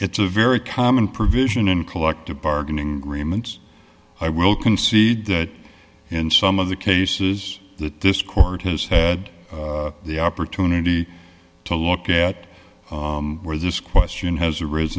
it's a very common provision in collective bargaining agreements i will concede that in some of the cases that this court has had the opportunity to look at where this question has arise